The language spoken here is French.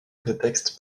prétexte